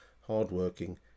hardworking